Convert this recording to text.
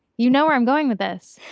you know where i'm going with this.